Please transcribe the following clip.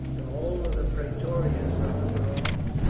the whole of the praetorians are under arms,